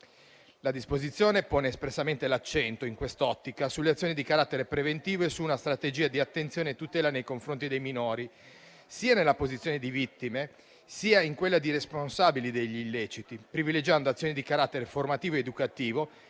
La disposizione pone espressamente l'accento, in quest'ottica, sulle azioni di carattere preventivo e su una strategia di attenzione e tutela nei confronti dei minori, sia nella posizione di vittime sia in quella di responsabili degli illeciti, privilegiando azioni di carattere formativo ed educativo